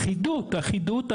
אחידות, אחידות.